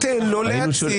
יואב, תן לו להציג.